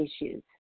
issues